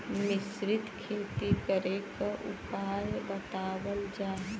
मिश्रित खेती करे क उपाय बतावल जा?